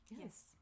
Yes